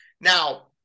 Now